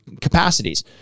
capacities